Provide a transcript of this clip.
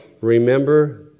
remember